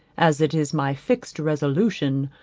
as it is my fixed resolution,